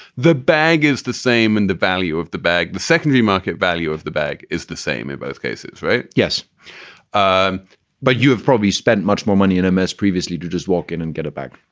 the bag is the same and the value of the bag. the secondary market value of the bag is the same in both cases. yes um but you have probably spent much more money in a mess previously to just walk in and get a bag.